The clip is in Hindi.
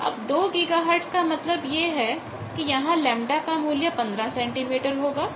अब 2 गीगाहर्टज का मतलब है यहां λ का मूल्य 15 सेंटीमीटर होगा